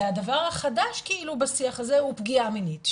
והדבר החדש בשיח הזה הוא פגיעה מינית,